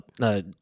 no